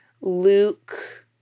Luke